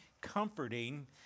comforting